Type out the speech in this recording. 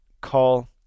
call